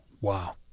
Wow